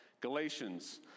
Galatians